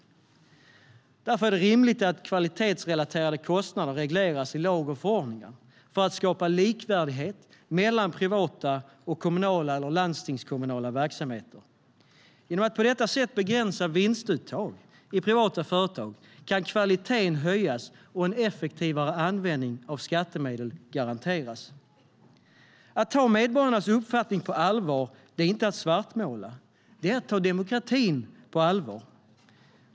Genom att på detta sätt begränsa vinstuttag i privata företag kan kvaliteten höjas och en effektivare användning av skattemedel garanteras. Att ta medborgarnas uppfattning på allvar är inte att svartmåla, utan det är att ta demokratin på allvar.